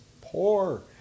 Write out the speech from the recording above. poor